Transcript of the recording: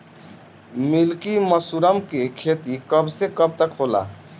Milky mushroom के खेती कब से कब तक होला?